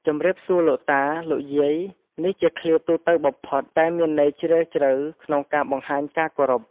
ជំរាបសួរលោកតា លោកយាយ នេះជាឃ្លាទូទៅបំផុត តែមានន័យជ្រាលជ្រៅក្នុងការបង្ហាញការគោរព។